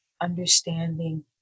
understanding